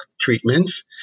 treatments